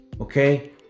okay